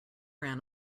ran